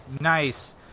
Nice